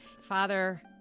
Father